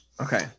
Okay